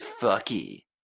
Fucky